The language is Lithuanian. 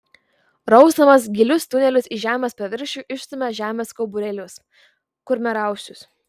rausdamas gilius tunelius į žemės paviršių išstumia žemės kauburėlius kurmiarausius